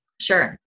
Sure